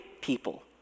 people